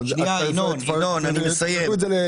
אבל עוד שנייה הוא יסיים ואז אני אתן לך.